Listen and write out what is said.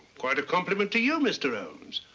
quite a compliment to you, mr. holmes.